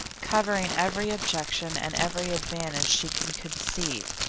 covering every objection and every advantage she could conceive,